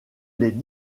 les